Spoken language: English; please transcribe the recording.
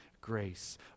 grace